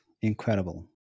Incredible